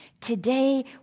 Today